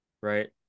right